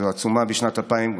זו עצומה משנת 2002,